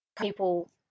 people